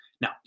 Now